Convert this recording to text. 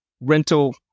rental